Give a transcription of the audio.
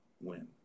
win